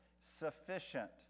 sufficient